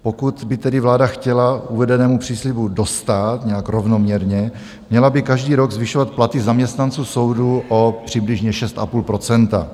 Pokud by tedy vláda chtěla uvedenému příslibu dostát nějak rovnoměrně, měla by každý rok zvyšovat platy zaměstnanců soudu o přibližně 6,5 %.